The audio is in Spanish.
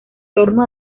torno